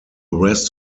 rest